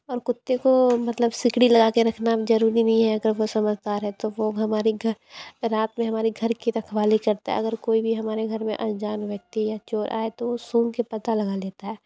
और कुत्ते को मतलब सिकड़ी लगा के रखना ज़रूरी नहीं है अगर वो समझदार है तो वो हमारे घर रात में हमारे घर की रखवाली करता है अगर कोई भी हमारे घर में अनजान व्यक्ति या चोर आए तो वो सूंघ के पता लगा लेता है